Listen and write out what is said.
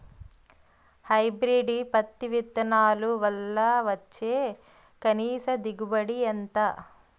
Hybrid పత్తి విత్తనాలు వల్ల వచ్చే కనీస దిగుబడి ఎంత?